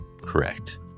Correct